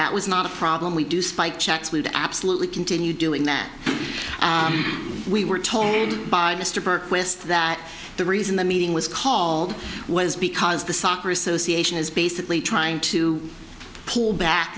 that was not a problem we do spike checks would absolutely continue doing that we were told by mr burke wist that the reason the meeting was called was because the soccer association is basically trying to pull back